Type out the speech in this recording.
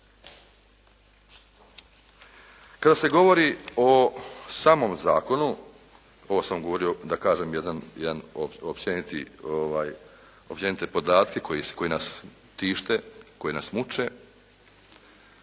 Kada se govori o samom zakonu ovo sam govorio da kažem jedan općenite podatke koji nas tište, koji nas muče